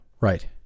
Right